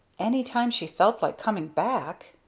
any time she felt like coming back?